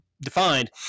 defined